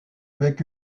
avec